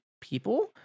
people